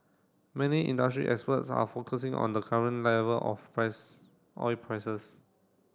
many industry experts are focusing on the current level of price oil prices